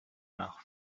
nach